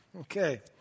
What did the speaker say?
Okay